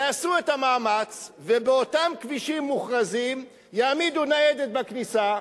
יעשו את המאמץ ובאותם כבישים מוכרזים יעמידו ניידת בכניסה,